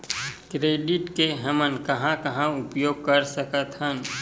Credit के हमन कहां कहा उपयोग कर सकत हन?